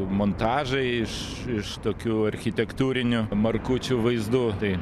montažai iš iš tokių architektūrinių markučių vaizdų tai